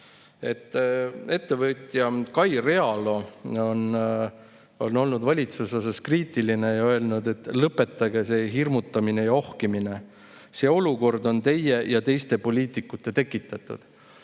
oma. Ettevõtja Kai Realo on olnud valitsuse suhtes kriitiline ja öelnud, et lõpetage see hirmutamine ja ohkimine, see olukord on teie ja teiste poliitikute tekitatud.